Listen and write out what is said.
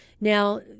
Now